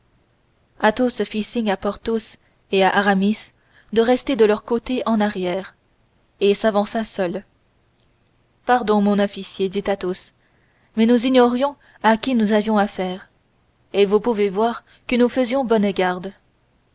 athos fit signe à porthos et à aramis de rester de leur côté en arrière et s'avança seul pardon mon officier dit athos mais nous ignorions à qui nous avions affaire et vous pouvez voir que nous faisions bonne garde